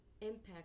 impact